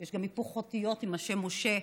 יש גם היפוך אותיות עם השם משה,